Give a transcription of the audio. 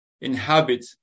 inhabit